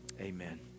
Amen